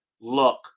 look